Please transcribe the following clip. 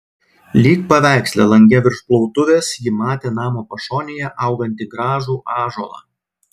lyg paveiksle lange virš plautuvės ji matė namo pašonėje augantį gražų ąžuolą